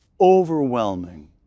overwhelming